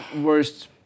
worst